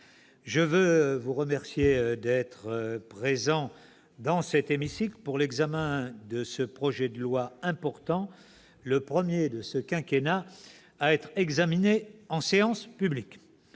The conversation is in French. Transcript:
également vous remercier d'être présents si nombreux dans cet hémicycle pour l'examen de ce projet de loi important, le premier de ce quinquennat à être discuté en séance publique.